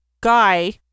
guy